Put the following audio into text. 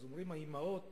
אומרים שהאמהות